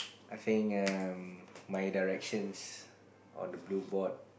I think um my directions on the blue board